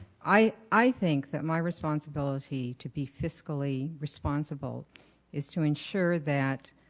i i think that my responsibility to be fiscally responsible is to ensure that